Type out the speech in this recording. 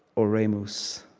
oremus.